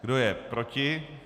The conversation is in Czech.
Kdo je proti?